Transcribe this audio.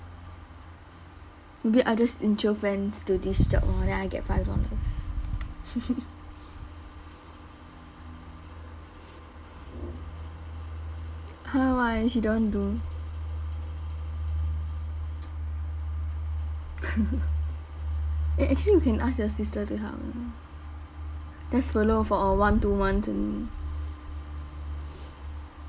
maybe I just intro friends to this job orh then I get five dollars !huh! why he don't want do eh actually you can ask your sister to help you just follow for a one two months only